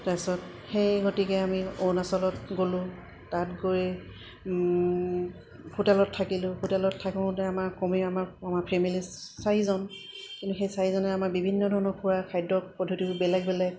তাৰপিছত সেই গতিকে আমি অৰুণাচলত গ'লোঁ তাত গৈ হোটেলত থাকিলোঁ হোটেলত থাকোঁতে আমাৰ কমেও আমাৰ আমাৰ ফেমিলি চাৰিজন কিন্তু সেই চাৰিজনে আমাৰ বিভিন্ন ধৰণৰ খোৱা খাদ্য পদ্ধতিবোৰ বেলেগ বেলেগ